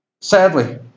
Sadly